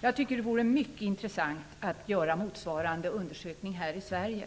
Jag tycker att det vore mycket intressant att göra motsvarande undersökning här i